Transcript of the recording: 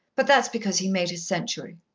but that's because he made his century.